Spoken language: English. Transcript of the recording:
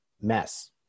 mess